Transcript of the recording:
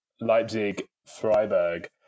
Leipzig-Freiburg